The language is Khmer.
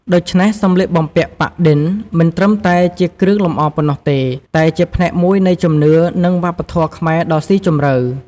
ដូច្នេះ សម្លៀកបំពាក់ប៉ាក់-ឌិន មិនត្រឹមតែជាគ្រឿងលម្អប៉ុណ្ណោះទេ តែជាផ្នែកមួយនៃជំនឿ និងវប្បធម៌ខ្មែរដ៏ស៊ីជម្រៅ។